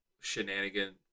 shenanigan